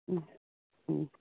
हं हं